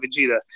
Vegeta